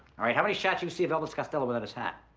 all right, how many shots you see of elvis costello without his hat?